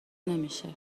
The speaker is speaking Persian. نمیشه